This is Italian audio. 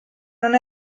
non